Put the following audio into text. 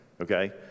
Okay